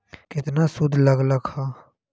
केतना सूद लग लक ह?